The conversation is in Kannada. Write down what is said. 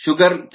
ಶುಗರ್ಲ್ ಕೆ